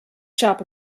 shop